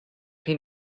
hyn